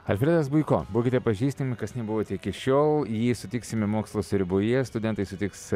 alfredas buiko būkite pažįstami kas nebuvote iki šiol jį sutiksime mokslo sriuboje studentai susitiks